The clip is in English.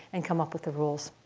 and come up with the rules.